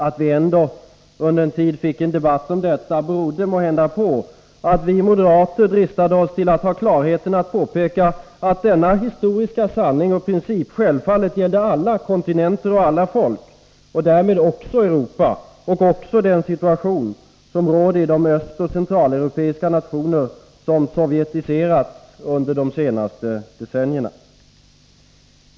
Att vi ändå under en tid fick debatt om detta berodde måhända på att vi moderater dristade oss att påpeka att denna historiska sanning och princip självfallet gällde alla kontinenter och folk och därmed också Europa och den situation som råder i de östoch centraleuropeiska nationer som sovjetiserats under de senaste decennierna.